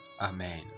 Amen